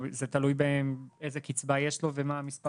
זה תלוי איזה קצבה יש לו ומה מספר התלויים.